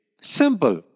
Simple